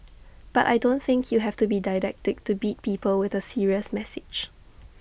but I don't think you have to be didactic to beat people with A serious message